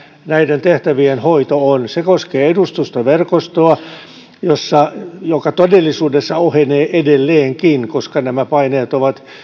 näiden tehtävien hoito on se koskee edustustoverkostoa joka todellisuudessa ohenee edelleenkin koska nämä paineet ovat